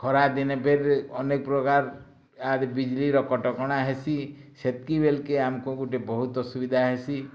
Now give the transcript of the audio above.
ଖରାଦିନେ ବେଡ଼୍ରେ ଅନେକ ପ୍ରକାର୍ ଇହାଦେ ବିଜ୍ଲିର କଟକଣା ହେସି ସେତ୍କି ବେଲ୍କେ ଆମକୁ ଗୁଟେ ବହୁତ ଅସୁବିଧା ହେସି